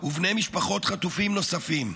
ובני משפחות חטופים נוספים,